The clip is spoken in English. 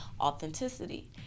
authenticity